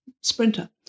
sprinter